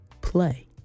Play